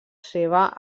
seva